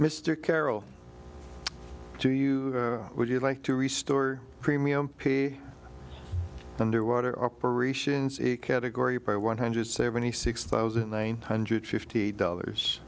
mr carroll to you would you like to restore premium pay underwater operations a category by one hundred seventy six thousand nine hundred fifty dollars